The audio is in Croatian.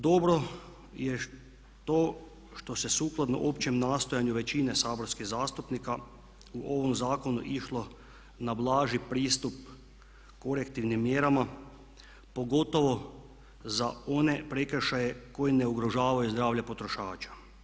Dobro jer to što se sukladno općem nastojanju većine saborskih zastupnika u ovom zakonu išlo na blaži pristup korektivnim mjerama pogotovo za one prekršaje koji ne ugrožavaju zdravlje potrošača.